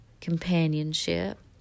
companionship